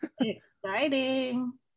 exciting